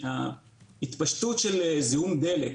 ההתפשטות של זיהום דלק